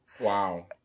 Wow